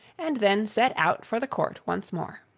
and then set out for the court once more.